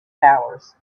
powers